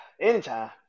Anytime